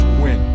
win